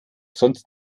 sonst